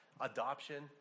adoption